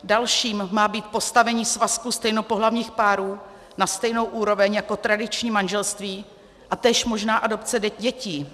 Dalším má být postavení svazku stejnopohlavních párů na stejnou úroveň jako tradiční manželství a též možná adopce dětí.